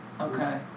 Okay